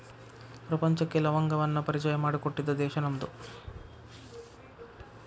ಪ್ರಪಂಚಕ್ಕೆ ಲವಂಗವನ್ನಾ ಪರಿಚಯಾ ಮಾಡಿಕೊಟ್ಟಿದ್ದ ದೇಶಾ ನಮ್ದು